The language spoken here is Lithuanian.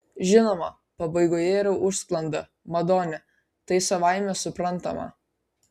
žinoma pabaigoje yra užsklanda madone tai savaime suprantama